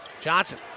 Johnson